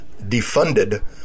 defunded